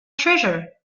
treasure